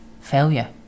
failure